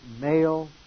male